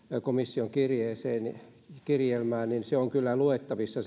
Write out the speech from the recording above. komission kirjelmään niin se kirjelmä on kyllä luettavissa